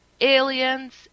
aliens